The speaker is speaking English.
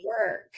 work